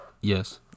Yes